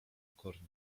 pokornie